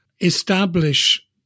establish